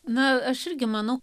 na aš irgi manau